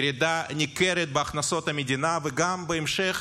ירידה ניכרת בהכנסות המדינה, ובהמשך